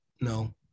No